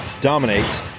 dominate